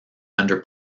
under